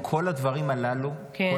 כל הדברים הללו -- כן.